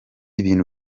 ibintu